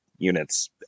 units